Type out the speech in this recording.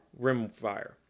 rimfire